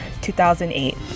2008